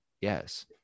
Yes